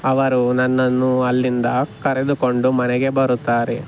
ಅವರು ನನ್ನನ್ನು ಅಲ್ಲಿಂದ ಕರೆದುಕೊಂಡು ಮನೆಗೆ ಬರುತ್ತಾರೆ